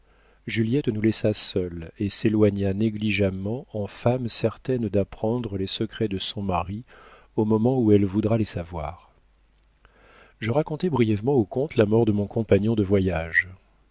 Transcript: juliette nous laissa seuls et s'éloigna négligemment en femme certaine d'apprendre les secrets de son mari au moment où elle voudra les savoir je racontai brièvement au comte la mort de mon compagnon de voyage